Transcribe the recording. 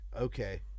Okay